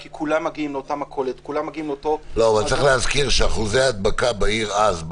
כי כולם מגיעים לאותה מכולת --- צריך להזכיר שאחוזי ההדבקה בעיר אז,